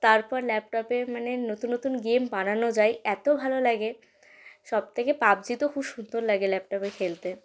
তারপর ল্যাপটপে মানে নতুন নতুন গেম বানানো যায় এত ভালো লাগে সব থেকে পাবজি তো খুব সুন্দর লাগে ল্যাপটপে খেলতে